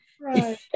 Right